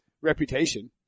reputation